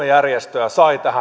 järjestöä